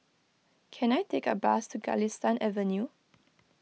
can I take a bus to Galistan Avenue